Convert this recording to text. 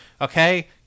Okay